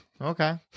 Okay